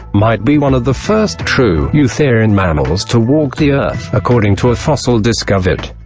might be one of the first true eutherian mammals to walk the earth, according to a fossil discovered.